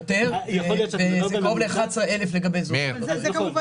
קרוב ל-11,000 לגבי זוג.